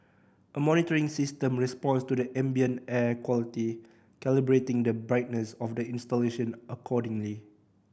a monitoring system responds to the ambient air quality calibrating the brightness of the installation accordingly